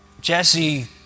Jesse